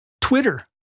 twitter